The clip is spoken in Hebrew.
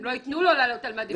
הם לא יתנו לו לעלות על מדים.